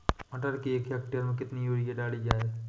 मटर के एक हेक्टेयर में कितनी यूरिया डाली जाए?